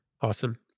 Awesome